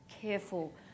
careful